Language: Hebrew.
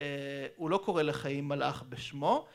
‫הוא לא קורא לחיים מלאך בשמו.